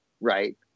right